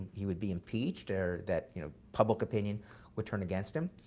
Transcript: he would be impeached, or that you know public opinion would turn against him.